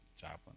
Joplin